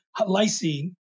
lysine